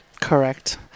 Correct